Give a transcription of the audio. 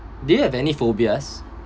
do you have any phobias